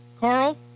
carl